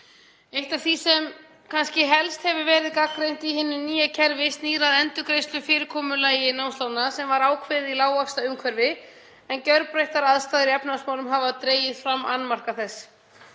Eitt af því sem kannski helst hefur verið gagnrýnt í hinu nýju kerfi snýr að endurgreiðslufyrirkomulagi námslána sem var ákveðið í lágvaxtaumhverfi en gjörbreyttar aðstæður í efnahagsmálum hafa dregið fram annmarka þess.